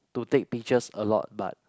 to take pictures a lot but